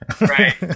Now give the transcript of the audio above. Right